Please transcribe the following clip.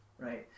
right